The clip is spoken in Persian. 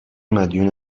مدیون